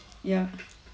ya